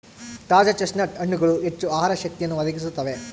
ತಾಜಾ ಚೆಸ್ಟ್ನಟ್ ಹಣ್ಣುಗಳು ಹೆಚ್ಚು ಆಹಾರ ಶಕ್ತಿಯನ್ನು ಒದಗಿಸುತ್ತವೆ